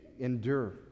endure